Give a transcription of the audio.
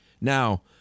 Now